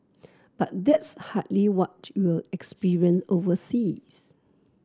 but that's hardly what you'll experience overseas